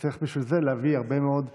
וצריך בשביל זה להביא הרבה מאוד מסמכים,